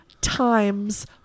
times